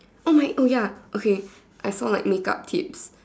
oh my oh ya okay I saw my makeup tips